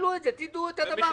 תשקלו את זה, תדעו את הדבר הזה.